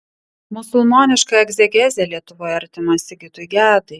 musulmoniška egzegezė lietuvoje artima sigitui gedai